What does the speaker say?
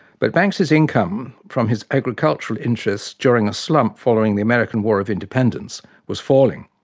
but banks's income from his agricultural interests during a slump following the american war of independence was falling,